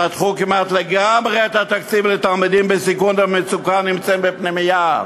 חתכו כמעט לגמרי את התקציב לתלמידים בסיכון ומצוקה הנמצאים בפנימייה,